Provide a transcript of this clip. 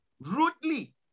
rudely